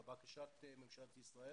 לבקשת ממשלת ישראל,